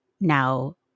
now